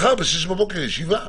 מחר ב-06:00 בבוקר ישיבה.